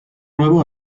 nuevo